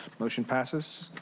motion passes.